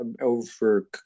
over